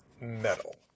metal